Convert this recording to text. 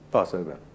Passover